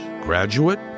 graduate